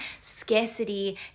scarcity